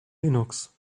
linux